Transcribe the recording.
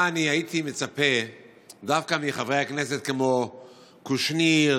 הייתי מצפה שדווקא חברי הכנסת כמו קושניר,